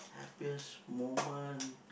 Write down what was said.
appears moment